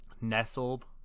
Nestled